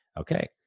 Okay